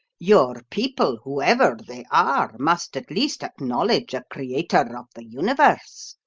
your people, whoever they are, must at least acknowledge a creator of the universe.